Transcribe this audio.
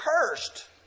cursed